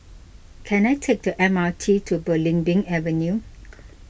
can I take the M R T to Belimbing Avenue